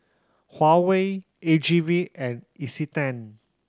Huawei A G V and Isetan